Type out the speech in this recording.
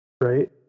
right